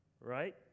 Right